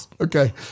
Okay